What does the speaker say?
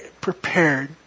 prepared